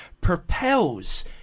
propels